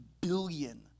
billion